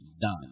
done